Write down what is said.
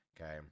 okay